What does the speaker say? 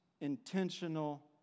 intentional